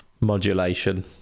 Modulation